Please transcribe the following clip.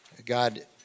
God